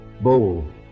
Bold